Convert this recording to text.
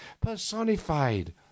personified